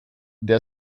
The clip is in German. der